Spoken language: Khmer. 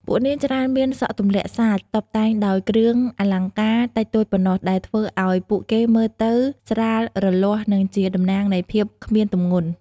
ពួកនាងច្រើនមាន សក់ទម្លាក់សាច តុបតែងដោយគ្រឿងអលង្ការតិចតួចប៉ុណ្ណោះ ដែលធ្វើឱ្យពួកគេមើលទៅស្រាលរលាស់ និងជាតំណាងនៃភាពគ្មានទម្ងន់។